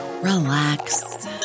relax